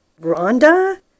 Rhonda